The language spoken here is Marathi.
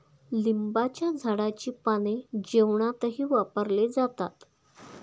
लिंबाच्या झाडाची पाने जेवणातही वापरले जातात